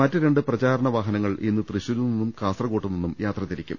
മറ്റ് ദ്ദ രണ്ട് പ്രചാരണ വാഹനങ്ങൾ ഇന്ന് തൃശൂരുനിന്നും കാസർകോടുനിന്നും യാത്ര തിരിക്കും